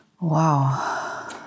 Wow